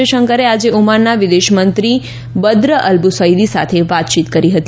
જયશંકરે આજે ઓમાનના વિદેશમંત્રી બદ્ર અલ્બુસૈદી સાથે વાતયીત કરી હતી